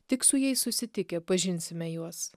tik su jais susitikę pažinsime juos